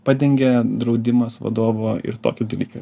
padengia draudimas vadovo ir tokį dalyką